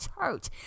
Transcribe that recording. church